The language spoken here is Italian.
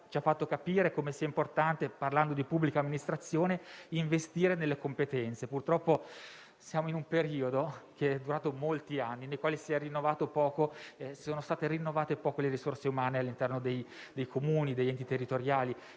ci ha fatto capire quanto sia importante, parlando di pubblica amministrazione, investire nelle competenze. Purtroppo, siamo in un periodo, che dura da molti anni, nel quale sono state rinnovate poco le risorse umane all'interno dei Comuni e degli enti territoriali.